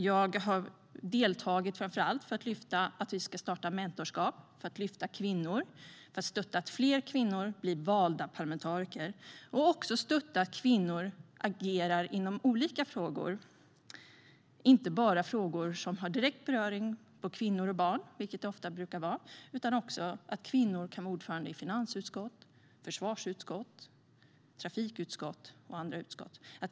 Jag har deltagit framför allt för att lyfta fram att vi ska starta mentorskap för att lyfta kvinnor, stötta att fler kvinnor blir valda som parlamentariker och stötta att kvinnor agerar inom olika frågor, inte bara sådana som direkt berör kvinnor och barn, vilket ofta brukar vara fallet, utan också frågor som att kvinnor ska kunna vara ordförande i finansutskott, försvarsutskott, trafikutskott och andra utskott.